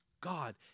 God